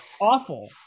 awful